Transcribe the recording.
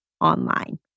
online